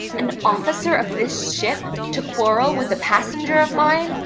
an officer of this ship to quarrel with a passenger of mine!